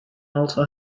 also